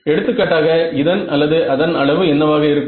எடுத்துக்காட்டாக இதன் அல்லது அதன் அளவு என்னவாக இருக்கும்